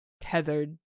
tethered